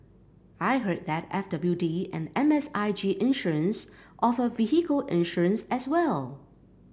I heard that F W D and M S I G Insurance offer vehicle insurance as well